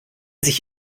sich